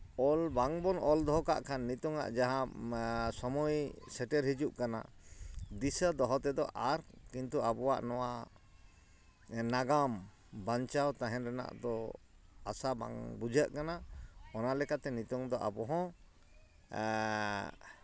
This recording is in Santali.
ᱚᱞ ᱵᱟᱝ ᱵᱚᱱ ᱚᱞ ᱫᱚᱦᱚ ᱠᱟᱜ ᱠᱷᱟᱱ ᱱᱤᱛᱚᱝ ᱟᱜ ᱡᱟᱦᱟᱸ ᱥᱚᱢᱚᱭ ᱥᱮᱴᱮᱨ ᱦᱤᱡᱩᱜ ᱠᱟᱱᱟ ᱫᱤᱥᱟᱹ ᱛᱮᱫᱚ ᱠᱤᱱᱛᱩ ᱟᱨ ᱟᱵᱚᱣᱟᱜ ᱱᱚᱣᱟ ᱱᱟᱜᱟᱢ ᱵᱟᱧᱪᱟᱣ ᱛᱟᱦᱮᱱ ᱨᱮᱱᱟᱜ ᱫᱚ ᱟᱥᱟ ᱵᱟᱝ ᱵᱩᱡᱷᱟᱹᱜ ᱠᱟᱱᱟ ᱚᱱᱟ ᱞᱮᱠᱟᱛᱮ ᱱᱤᱛᱚᱝ ᱫᱚ ᱟᱵᱚ ᱦᱚᱸ